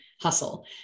hustle